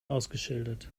ausgeschildert